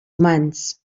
humans